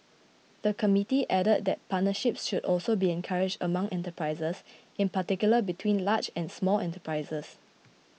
the committee added that partnerships should also be encouraged among enterprises in particular between large and small enterprises